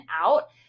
out